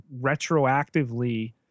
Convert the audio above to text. retroactively